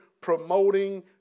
promoting